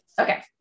okay